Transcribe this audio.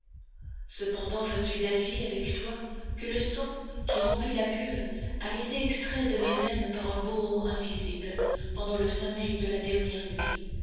cependant je suis d'avis avec toi que le sang qui remplit la cuve a été extrait de mes veines par un bourreau invisible pendant le sommeil de la dernière nuit